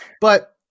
But-